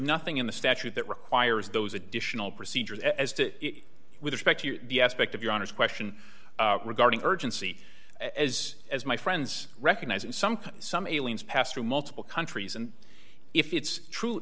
nothing in the statute that requires those additional procedures as to with respect to the aspect of your honor's question regarding urgency as as my friends recognize and some some aliens pass through multiple countries and if it's true